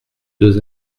deux